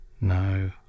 no